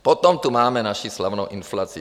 Potom tu máme naši slavnou inflaci.